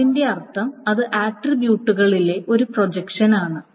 അതിന്റെ അർത്ഥം അത് ആട്രിബ്യൂട്ടുകളിലെ ഒരു പ്രൊജക്ഷൻ ആണ്